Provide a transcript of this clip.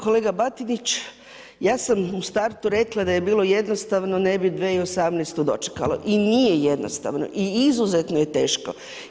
Kolega Batinić, ja sam u startu rekla da je bilo jednostavno ne bi 2018. dočekalo i nije jednostavno i izuzetno je teško.